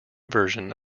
version